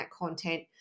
content